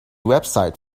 website